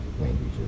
language